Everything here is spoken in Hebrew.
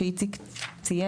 שאיציק ציין,